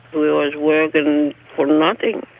we was working for nothing,